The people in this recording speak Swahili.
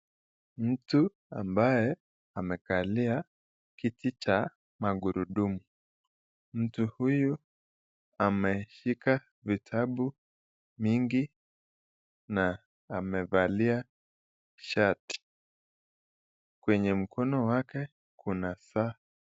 Mtu ambaye amekali kiti cha magurudumu. Mtu huyu ameshika vitabu mingi na amevalia shati. Kwenye mkono wake kuna saa.